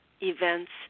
events